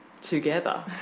together